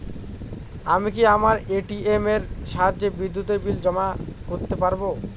আমি কি আমার এ.টি.এম এর সাহায্যে বিদ্যুতের বিল জমা করতে পারব?